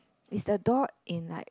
is the door in like